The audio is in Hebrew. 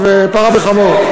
עכשיו פרה בחמור.